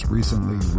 recently